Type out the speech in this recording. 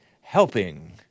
helping